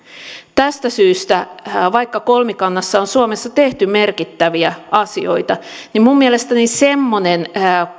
tästä syystä vaikka kolmikannassa on suomessa tehty merkittäviä asioita minun mielestäni semmoinen